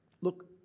look